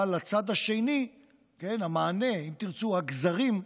אבל בצד השני, המענה, ואם תרצו, הגזרים,